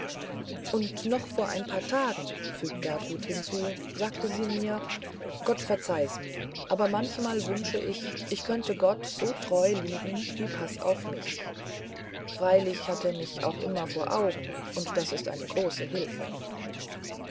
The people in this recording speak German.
und noch vor ein paar tagen fügt gertrud hinzu sagte sie mir gott verzeih mir's aber manchmal wünsche ich ich könnte gott so treu lieben wie paßauf mich freilich hat er mich auch immer vor auge und das ist eine große hilfe